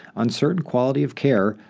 uncertain quality of care,